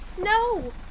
No